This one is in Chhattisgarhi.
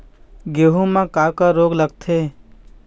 गेहूं म का का रोग लगथे?